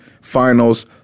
finals